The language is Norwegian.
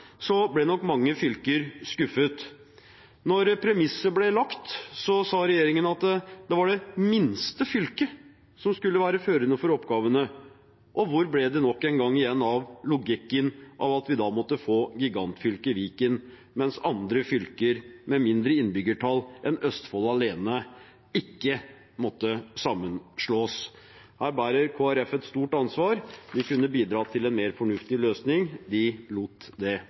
så veldig glatt for regjeringen. Det var faktisk et stortingsflertall som måtte fortelle regjeringen at oppgavemeldingen skulle komme på bordet nå i høst. Da regjeringen først kom med oppgavene, ble nok mange fylker skuffet. Da premisset ble lagt, sa regjeringen at det var det minste fylket som skulle være førende for oppgavene. Hva ble, nok en gang, igjen av logikken i at vi måtte få gigantfylket Viken, mens andre fylker med mindre innbyggertall enn Østfold alene ikke måtte sammenslås?